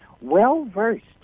well-versed